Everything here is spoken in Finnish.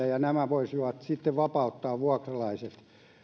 ja nämä voisivat sitten vapauttaa vuokralaiset